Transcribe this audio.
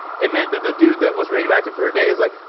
it meant that the dude that was radioactive for a day is like